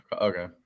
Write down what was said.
Okay